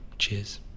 Cheers